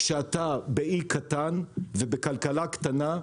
כשאתה באי קטן ובכלכלה קטנה,